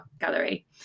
Gallery